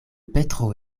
petro